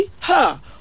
ha